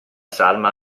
salma